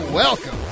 welcome